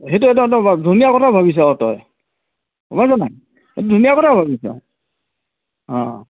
সেইটো এটাটো ধুনীয়া কথা ভাবিছঁ তই গম পাইছ নাই এইটো ধুনীয়া কথাই ভাবিছ অঁ